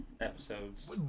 episodes